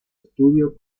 estudio